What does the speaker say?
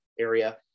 area